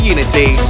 Unity